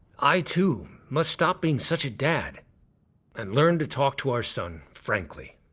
i too must stop being such a dad and learn to talk to our son frankly.